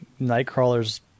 Nightcrawler's